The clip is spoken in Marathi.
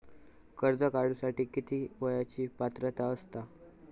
कर्ज काढूसाठी किती वयाची पात्रता असता?